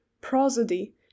prosody